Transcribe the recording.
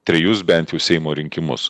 trejus bent jau seimo rinkimus